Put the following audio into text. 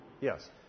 Yes